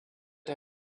her